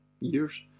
years